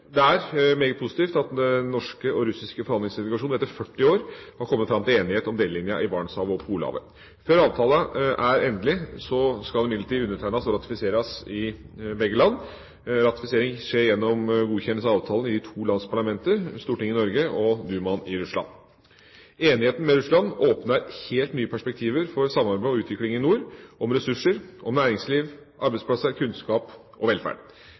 Det er meget positivt at den norske og russiske forhandlingsdelegasjonen etter 40 år har kommet fram til enighet om delelinjen i Barentshavet og Polhavet. Før avtalen er endelig, skal den imidlertid undertegnes og ratifiseres i begge land. Ratifisering skjer gjennom godkjennelse av avtalen i de to lands parlamenter – Stortinget i Norge og Dumaen i Russland. Enigheten med Russland åpner helt nye perspektiver for samarbeid og utvikling i nord, om ressurser, næringsliv, arbeidsplasser, kunnskap og velferd.